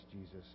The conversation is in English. Jesus